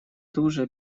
туже